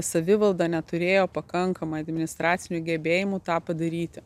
savivalda neturėjo pakankamai administracinių gebėjimų tą padaryti